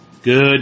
Good